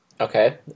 Okay